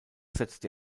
setzte